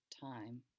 time